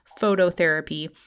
phototherapy